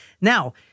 Now